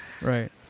Right